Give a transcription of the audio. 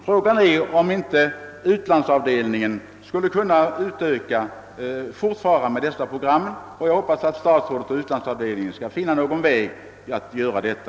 Frågan är om inte utlandsavdelningen skulle kunna fortsätta att sända dessa program. Jag hoppas att statsrådet och utlandsavdelningen skall finna någon väg att göra detta.